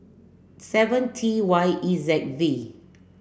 seven T Y E Z V